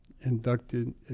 inducted